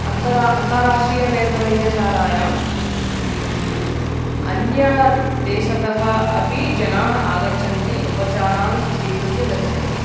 अन्तरा अन्ताराष्ट्रीयनेत्रवैद्यशालायां अन्यदेशतः अपि जनाः आगच्छन्ति उपचारान् स्वीकृत्य गच्छन्ति